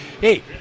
Hey